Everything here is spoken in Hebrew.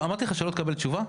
אמרתי לך שלא תקבל תשובה?